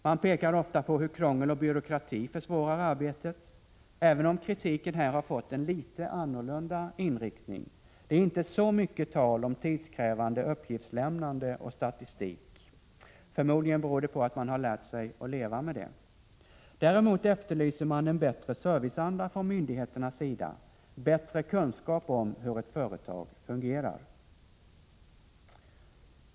Man pekar ofta på hur krångel och byråkrati försvårar arbetet, även om kritiken här har fått en litet annorlunda inriktning. Det är inte så mycket tal om tidskrävande uppgiftslämnande och statistik. Förmodligen beror det på att man har lärt sig leva med det. Däremot efterlyser man en bättre serviceanda från myndigheternas sida och bättre kunskap om hur ett företag fungerar.